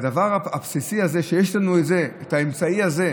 והדבר הבסיסי הזה, שיש לנו את זה, את האמצעי הזה,